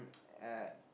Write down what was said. uh